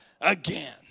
again